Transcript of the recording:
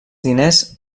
diners